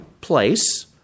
place